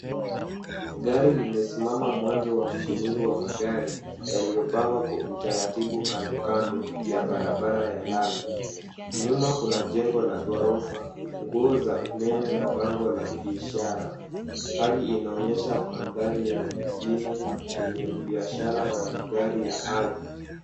Gari limesimama mwanzo wa msururu wa magari yaliyopangwa kwa utaratibu kando kando ya barabara ya lami. Nyuma kuna jengo la ghorofa, nguzo za umeme na bango la kibiashara. Hali inaonyesha mandhari ya mjini yenye biashara na magari ya hali.